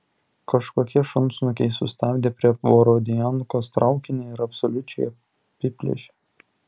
kažkokie šunsnukiai sustabdė prie borodiankos traukinį ir absoliučiai apiplėšė